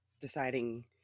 deciding